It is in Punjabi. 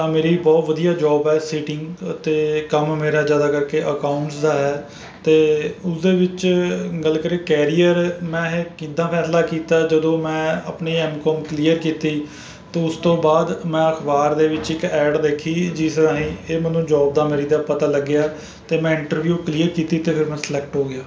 ਤਾਂ ਮੇਰੀ ਬਹੁਤ ਵਧੀਆ ਜੋਬ ਹੈ ਸੀਟਿੰਗ ਅਤੇ ਕੰਮ ਮੇਰਾ ਜ਼ਿਆਦਾ ਕਰਕੇ ਅਕਾਊਂਟਸ ਦਾ ਹੈ ਅਤੇ ਉਸਦੇ ਵਿੱਚ ਗੱਲ ਕਰੀਏ ਕੈਰੀਅਰ ਮੈਂ ਇਹ ਕਿੱਦਾਂ ਫੈਸਲਾ ਕੀਤਾ ਜਦੋ ਮੈਂ ਆਪਣੀ ਐੱਮ ਕੋਮ ਕਲੀਅਰ ਕੀਤੀ ਤਾਂ ਉਸ ਤੋਂ ਬਾਅਦ ਮੈਂ ਅਖਬਾਰ ਦੇ ਵਿੱਚ ਇੱਕ ਐਡ ਦੇਖੀ ਜਿਸ ਰਾਹੀਂ ਇਹ ਮੈਨੂੰ ਜੋਬ ਦਾ ਮੇਰੀ ਦਾ ਪਤਾ ਲੱਗਿਆ ਅਤੇ ਮੈਂ ਇੰਟਰਵਿਊ ਕਲੀਅਰ ਕੀਤੀ ਅਤੇ ਫਿਰ ਮੈਂ ਸਿਲੈਕਟ ਹੋ ਗਿਆ